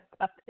up